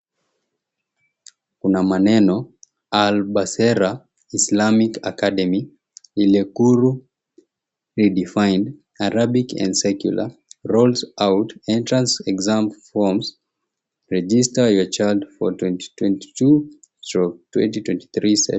Kuna maneno Albaseera Islamic Academy, ilekewu redefined. Arabic and Secular. Roles out entrance exam forms registrar your child for 2022/2023 session.